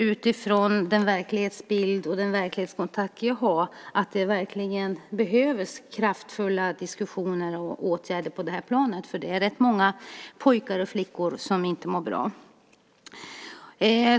Utifrån den verklighetsbild och den verklighetskontakt jag har ser jag att det verkligen behövs diskussioner och kraftfulla åtgärder på det här planet. Det är rätt många pojkar och flickor som inte mår bra.